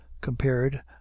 compared